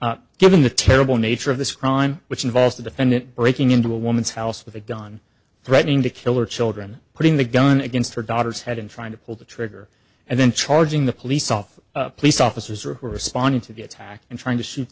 years given the terrible nature of this crime which involved the defendant breaking into a woman's house with a gun threatening to kill her children putting the gun against her daughter's head and trying to pull the trigger and then charging the police off police officers responding to the attack and trying to shoot